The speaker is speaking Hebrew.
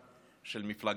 של מפלגה אחת,